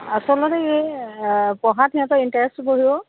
আচলতে এই পঢ়াত সিহঁতৰ ইন্টাৰেষ্টটো বহিব